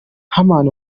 heman